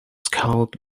scout